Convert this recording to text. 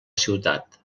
ciutat